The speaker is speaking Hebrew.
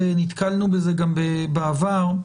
ונתקלנו בזה גם בעבר,